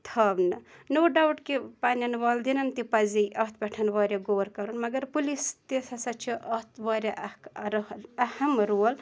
تھاونہٕ no doubt کہِ پنٛنٮ۪ن والدینَن تہِ پَزِ اَتھ پٮ۪ٹھ واریاہ غور کَرُن مگر پُلیٖس تہِ ہَسا چھِ اَتھ واریاہ اَکھ راہ اہم رول